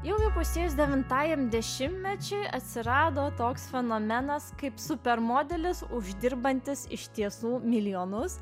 jau įpusėjus devintajam dešimtmečiui atsirado toks fenomenas kaip super modelis uždirbantis iš tiesų milijonus